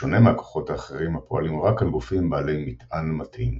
בשונה מהכוחות האחרים הפועלים רק על גופים בעלי "מטען" מתאים.